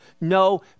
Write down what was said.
no